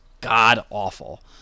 god-awful